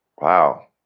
Wow